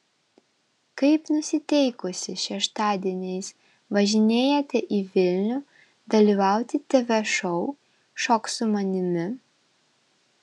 kaip nusiteikusi šeštadieniais važinėjate į vilnių dalyvauti tv šou šok su manimi